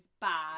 bad